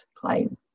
claim